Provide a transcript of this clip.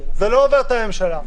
זה לא עובר את הממשלה.